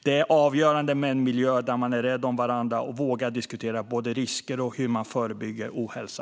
Det är avgörande med en miljö där man är rädd om varandra och vågar diskutera både risker och hur man förebygger ohälsa.